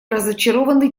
разочарованы